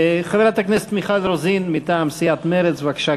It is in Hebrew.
חברת הכנסת מיכל רוזין, מטעם סיעת מרצ, בבקשה,